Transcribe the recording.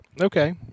Okay